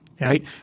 Right